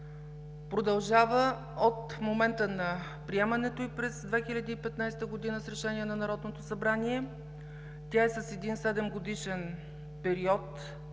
продължава от момента на приемането ѝ през 2015 г. с решение на Народното събрание. Тя е с един 7-годишен период,